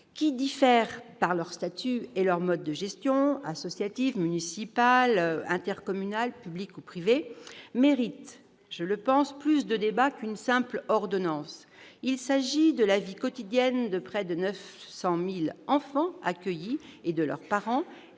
qui diffèrent par leurs statuts et leurs modes de gestion- associative, municipale ou intercommunale, publique ou privée -, méritent un plus large débat que celui que permet une simple ordonnance. Il s'agit de la vie quotidienne de près de 900 000 enfants accueillis, de leurs parents